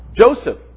Joseph